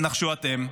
נחשו אתם.